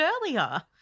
earlier